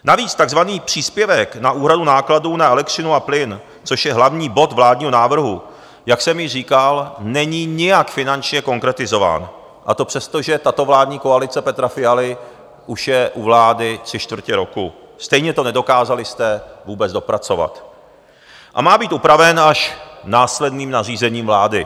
Navíc takzvaný příspěvek na úhradu nákladů na elektřinu a plyn, což je hlavní bod vládního návrhu, jak jsem již říkal, není nijak finančně konkretizován, a to přesto, že tato vládní koalice Petra Fialy už je u vlády tři čtvrtě roku stejně jste to nedokázali vůbec dopracovat a má být upraven až následným nařízením vlády.